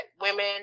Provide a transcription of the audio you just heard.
women